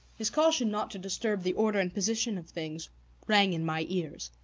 his caution not to disturb the order and position of things rang in my ears.